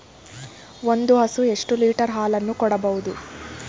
ಒಂದು ಹಸು ಎಷ್ಟು ಲೀಟರ್ ಹಾಲನ್ನು ಕೊಡಬಹುದು?